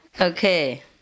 Okay